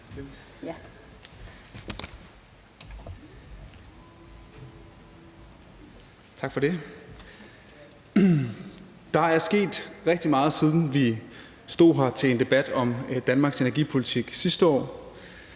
Tak for det. Der er sket rigtig meget, siden vi stod her til en debat om Danmarks energipolitik sidste år,